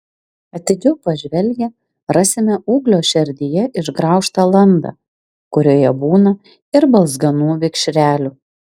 atidžiau pažvelgę rasime ūglio šerdyje išgraužtą landą kurioje būna ir balzganų vikšrelių